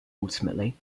ultimately